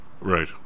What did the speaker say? Right